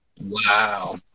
Wow